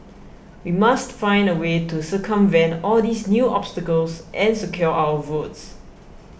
we must find a way to circumvent all these new obstacles and secure our votes